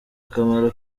akamaro